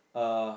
uh